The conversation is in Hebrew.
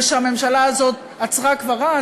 ושהממשלה הזאת עצרה כבר אז,